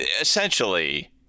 essentially